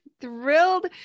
Thrilled